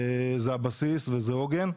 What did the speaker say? זה הבסיס וזה עוגן,